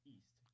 East